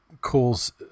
calls